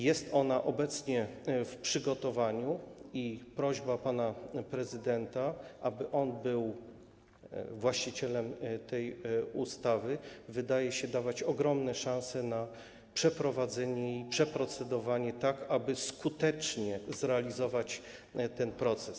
Jest ona obecnie w przygotowaniu i prośba pana prezydenta, aby on był właścicielem tej ustawy, wydaje się dawać ogromne szanse na przeprowadzenie, przeprocedowanie jej, tak aby skutecznie zrealizować ten proces.